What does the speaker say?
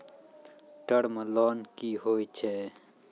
Term loan कि होय छै?